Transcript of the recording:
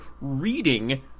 reading